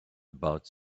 about